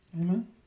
Amen